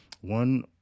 one